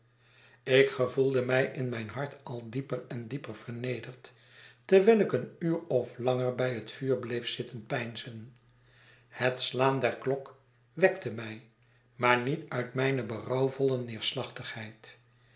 ik gevoelde mij in mijn hart al dieper en dieper vernederd terwijl ik een uur of langer bij het vuur bleef zitten peinzen het slaan der klok wekte mij maar niet uit mijne berouwvolle neerslachtigheid